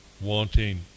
wanting